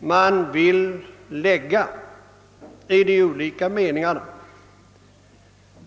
man vill ge de olika meningarna.